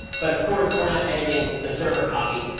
but of course, we're not editing the server copy.